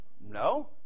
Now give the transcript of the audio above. No